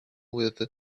with